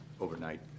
overnight